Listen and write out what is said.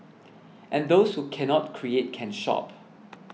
and those who cannot create can shop